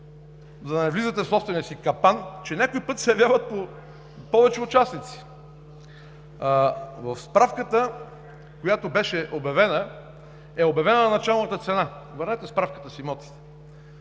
за да не влизате в собствения си капан, че някой път се явяват повече участници. В справката е обявена началната цена. Върнете справката с имотите